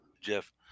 Jeff